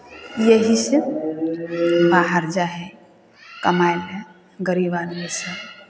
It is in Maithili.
एहीसँ बाहर जाइ हइ कमाय लेल गरीब आदमीसभ